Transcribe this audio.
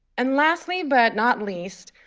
and lastly but not least,